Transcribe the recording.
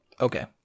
Okay